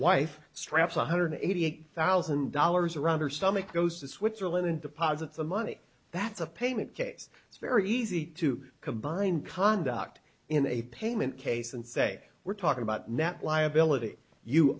wife straps one hundred eighty eight thousand dollars around her stomach goes to switzerland and deposit the money that's a payment case it's very easy to combine conduct in a payment case and say we're talking about net liability you